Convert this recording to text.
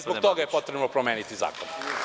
Zbog toga je potrebno promeniti zakon.